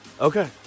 Okay